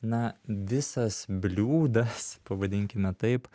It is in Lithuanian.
na visas bliūdas pavadinkime taip